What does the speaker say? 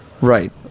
right